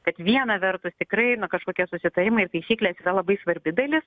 kad viena vertus tikrai na kažkokie susitarimai ir taisyklėse yra labai svarbi dalis